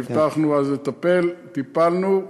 הבטחנו אז לטפל, טיפלנו.